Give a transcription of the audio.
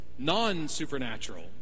non-supernatural